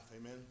Amen